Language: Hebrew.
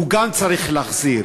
הוא גם צריך להחזיר.